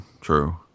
true